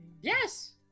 Yes